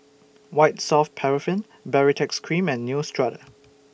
White Soft Paraffin Baritex Cream and Neostrata